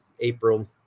april